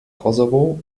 kosovo